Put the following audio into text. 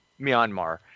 Myanmar